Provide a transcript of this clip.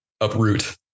uproot